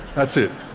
that's it.